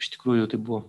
iš tikrųjų tai buvo